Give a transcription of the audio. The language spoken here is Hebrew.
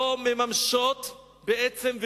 לא מממשות בעצם,